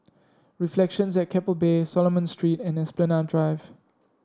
Reflections at Keppel Bay Solomon Street and Esplanade Drive